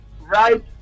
right